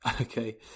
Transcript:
Okay